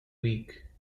week